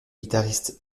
guitariste